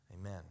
Amen